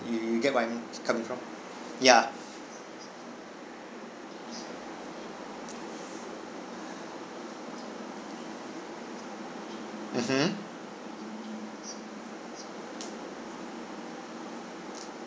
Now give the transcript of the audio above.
you you get what I mean is coming from ya mmhmm